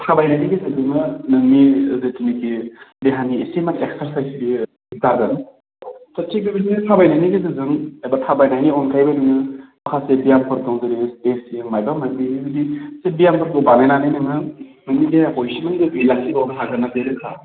थाबायनायनि गेजेरजोंनो नोंनि जेथुनाखि देहानि एसे मानसिया कास्रायसिगोन जागोन थिक बेबादिनो थाबायनायनि गेजेरजों एबा थाबायनायनि अनगायैबो नोङो खायसे बियामफोरखौ नोङो एसे नोंनि बे बियामफोरखौ बानायनानै नोङो नोंनि देहाखौ एसे गोगोयै लाखिबावनो हागोना बे रोखा